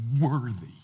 worthy